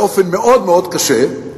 באופן מאוד מאוד קשה,